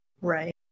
Right